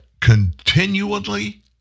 continually